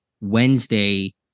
Wednesday